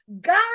God